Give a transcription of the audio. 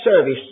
service